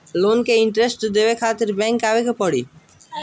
Loan के interest देवे खातिर बैंक आवे के पड़ी?